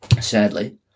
sadly